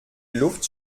luft